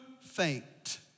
faint